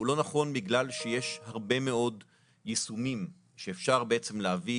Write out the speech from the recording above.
הוא לא נכון בגלל שיש הרבה מאוד יישומים שאפשר בעצם להביא